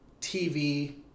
TV